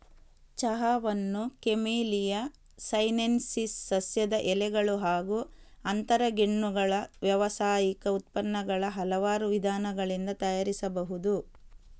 ಚಹಾವನ್ನು Camellia sinensis ಸಸ್ಯದ ಎಲೆಗಳು ಹಾಗೂ ಅಂತರಗೆಣ್ಣುಗಳ ವ್ಯಾವಸಾಯಿಕ ಉತ್ಪನ್ನಗಳ ಹಲವಾರು ವಿಧಾನಗಳಿಂದ ತಯಾರಿಸಬಹುದು